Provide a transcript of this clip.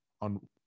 on